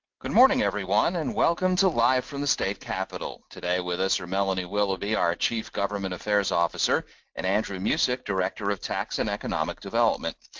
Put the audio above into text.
good morning everyone and welcome to live from the state capital. today with us are melanie willoughby, our chief government affairs officer and andrew musick, director of tax and economic development.